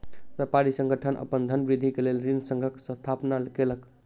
व्यापारी संगठन अपन धनवृद्धि के लेल ऋण संघक स्थापना केलक